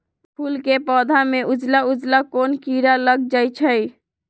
फूल के पौधा में उजला उजला कोन किरा लग जई छइ?